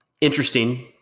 Interesting